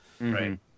Right